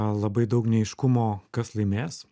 labai daug neaiškumo kas laimės